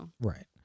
right